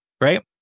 right